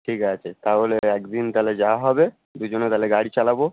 ঠিক আছে তাহলে একদিন তাহলে যাওয়া হবে দুজনে তাহলে গাড়ি চালাব